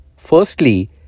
Firstly